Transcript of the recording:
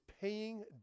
paying